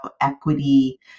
equity